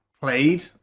played